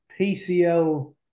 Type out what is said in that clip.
PCL